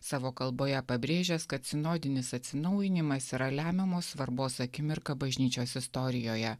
savo kalboje pabrėžęs kad sinodinis atsinaujinimas yra lemiamos svarbos akimirka bažnyčios istorijoje